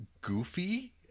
goofy